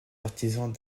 artisans